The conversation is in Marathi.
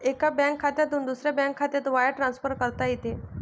एका बँक खात्यातून दुसऱ्या बँक खात्यात वायर ट्रान्सफर करता येते